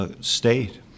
state